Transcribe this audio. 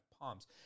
palms